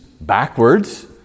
backwards